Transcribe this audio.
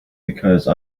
because